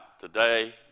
Today